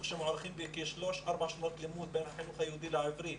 שמוערכים בשלוש-ארבע שנות לימוד בין החינוך היהודי לערבי.